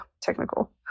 technical